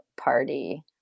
party